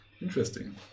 Interesting